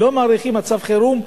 לא מאריכים מצב חירום.